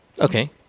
Okay